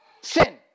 sin